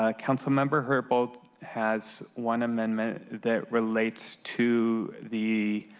ah councilmember herbold has one amendment that relates to the